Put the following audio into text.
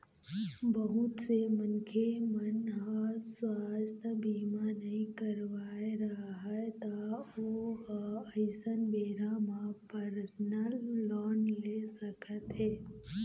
बहुत से मनखे मन ह सुवास्थ बीमा नइ करवाए रहय त ओ ह अइसन बेरा म परसनल लोन ले सकत हे